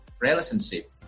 Relationship